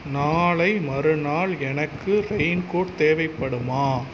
நாளை மறுநாள் எனக்கு ரெயின் கோட் தேவைப்படுமா